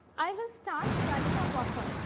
i will start running a buffer.